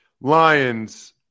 Lions